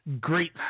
great